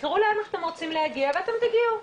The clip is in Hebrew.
תזכרו לאן אתם רוצים להגיע ואתם תגיעו,